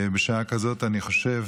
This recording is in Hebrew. בשעה כזאת אני חושב